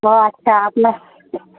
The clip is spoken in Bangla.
ও আচ্ছা আপনার